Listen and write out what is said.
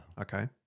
okay